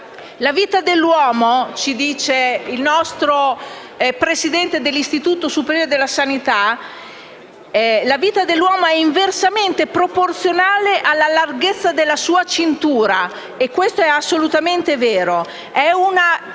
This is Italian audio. La vita dell'uomo, afferma il presidente dell'Istituto superiore di sanità, è inversamente proporzionale alla larghezza della sua cintura. Ciò è assolutamente vero.